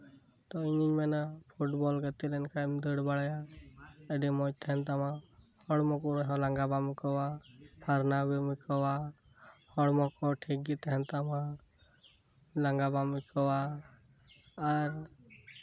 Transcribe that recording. ᱛᱳ ᱤᱧᱤᱧ ᱢᱮᱱᱟ ᱯᱷᱩᱴᱵᱚᱞ ᱜᱟᱛᱮ ᱞᱮᱱᱠᱷᱟᱱ ᱫᱟᱹᱲ ᱵᱟᱲᱟᱭᱟ ᱟᱹᱰᱤ ᱢᱚᱸᱡ ᱛᱟᱦᱮᱸᱱ ᱛᱟᱢᱟ ᱦᱚᱲᱢᱚ ᱠᱚ ᱨᱮᱦᱚᱸ ᱞᱟᱸᱜᱟ ᱵᱟᱢ ᱟᱹᱭᱠᱟᱹᱣᱟ ᱯᱷᱟᱨᱱᱟᱣ ᱜᱮᱢ ᱟᱭᱠᱟᱹᱣᱟ ᱦᱚᱲᱢᱚ ᱠᱚᱦᱚᱸ ᱴᱷᱤᱠ ᱜᱮ ᱛᱟᱸᱦᱮᱱ ᱛᱟᱢᱟ ᱞᱟᱸᱜᱟ ᱵᱟᱢ ᱟᱹᱭᱠᱟᱹᱣᱟ ᱟᱨ